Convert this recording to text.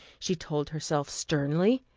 she told herself sternly,